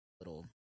little